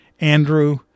Andrew